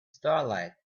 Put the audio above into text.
starlight